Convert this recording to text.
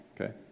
okay